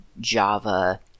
Java